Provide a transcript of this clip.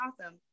awesome